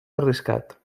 arriscat